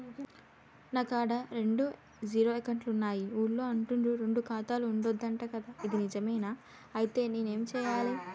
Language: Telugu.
నా కాడా రెండు జీరో అకౌంట్లున్నాయి ఊళ్ళో అంటుర్రు రెండు ఖాతాలు ఉండద్దు అంట గదా ఇది నిజమేనా? ఐతే నేనేం చేయాలే?